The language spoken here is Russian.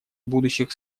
будущих